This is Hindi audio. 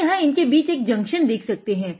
हम यहाँ इनके बीच में एक जंक्शन देख सकते हैं